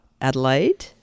Adelaide